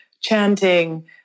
chanting